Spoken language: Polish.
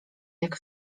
jak